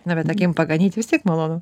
na bet akim paganyti vis tiek malonu